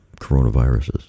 coronaviruses